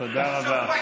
מיקי, תוך שבוע